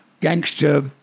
gangster